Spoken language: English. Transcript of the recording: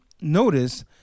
notice